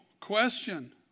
question